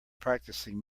practicing